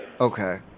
Okay